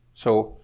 so,